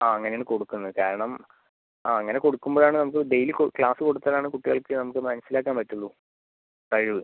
ആ അങ്ങനെ ആണ് കൊടുക്കുന്നത് കാരണം ആ അങ്ങനെ കൊടുക്കുമ്പോഴാണ് നമുക്ക് ഡെയിലി ക്ലാസ്സ് കൊടുത്താൽ ആണ് കുട്ടികൾക്ക് നമുക്ക് മനസ്സിലാക്കാൻ പറ്റുള്ളൂ കഴിവ്